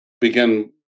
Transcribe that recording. begin